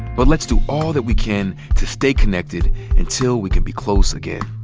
but let's do all that we can to stay connected until we can be close again.